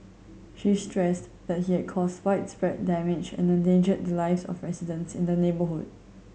she stressed that he had caused widespread damage and endangered the lives of residents in the neighbourhood